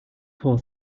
poor